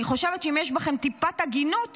אני חושבת שאם יש בכם טיפת הגינות,